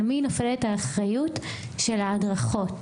על מי נופלת האחריות של ההדרכות